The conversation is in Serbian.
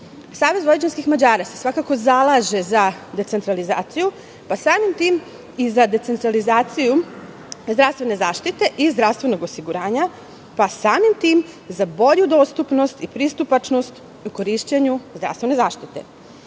vojvođanskih Mađara se svakako zalaže za decentralizaciju, pa samim tim i za decentralizaciju zdravstvene zaštite i zdravstvenog osiguranja, pa samim tim za bolju dostupnost i pristupačnost u korišćenju zdravstvene zaštite.